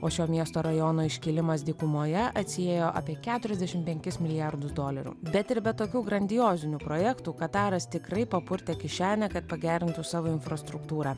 o šio miesto rajono iškilimas dykumoje atsiėjo apie keturiasdešimt penkis milijardus dolerių bet ir be tokių grandiozinių projektų kataras tikrai papurtė kišenę kad pagerintų savo infrastruktūrą